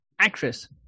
Actress